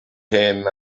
him